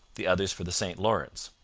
the others for the st lawrence.